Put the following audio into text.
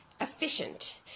efficient